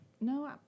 No